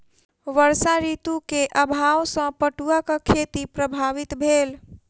वर्षा ऋतू के अभाव सॅ पटुआक खेती प्रभावित भेल